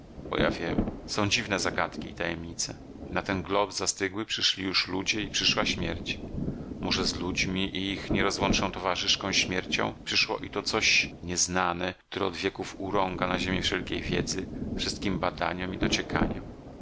wiem są dziwne zagadki i tajemnice na ten glob zastygły przyszli już ludzie i przyszła śmierć może z ludźmi i ich nierozłączną towarzyszką śmiercią przyszło i to coś nieznane które od wieków urąga na ziemi wszelkiej wiedzy wszystkim badaniom i